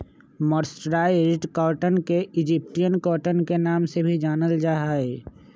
mercerised cotton के Egyptian cotton के नाम से भी जानल जा हई